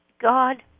God